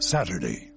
Saturday